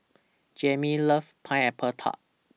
Jayme loves Pineapple Tart